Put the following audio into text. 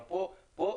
אבל פה אדרבה,